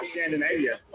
Scandinavia